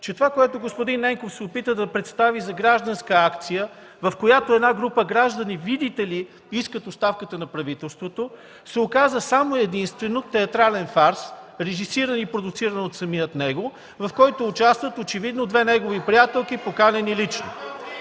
че това, което господин Ненков се опита да представи за гражданска акция, в която една група граждани, видите ли, искат оставката на правителството, се оказа само и единствено театрален фарс, режисиран и продуциран от самия него, в който участват очевидно две негови приятелки, поканени лично.